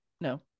No